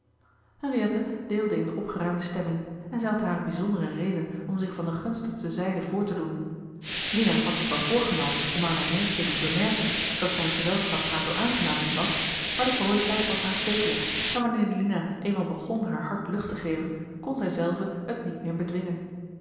henriette deelde in de opgeruimde stemming en zij had hare bijzondere reden om zich van de gunstigste zijde voor te doen lina had zich wel voorgenomen om aan haar neef te doen bemerken dat zijn gezelschap haar zoo aangenaam niet was maar de vroolijkheid was aanstekelijk en wanneer lina eenmaal begon haar hart lucht te geven kon zij zelve t niet meer bedwingen